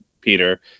Peter